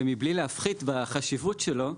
ומבלי להפחית בחשיבות שלו,